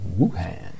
Wuhan